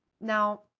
Now